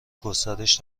گسترش